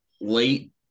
late